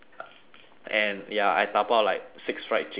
and ya I dabao like six fried chicken